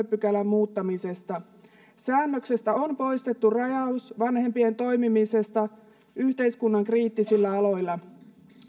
pykälän muuttamisesta säännöksestä on poistettu rajaus vanhempien toimimisesta yhteiskunnan kriittisillä aloilla